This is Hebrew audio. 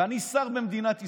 ואני שר במדינת ישראל,